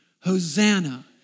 Hosanna